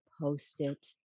post-it